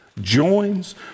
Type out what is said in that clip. joins